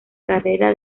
carrera